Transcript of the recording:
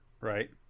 right